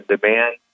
demand